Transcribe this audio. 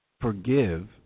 forgive